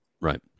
Right